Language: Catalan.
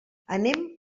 anem